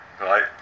Right